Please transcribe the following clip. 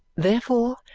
therefore,